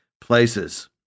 places